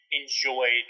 enjoy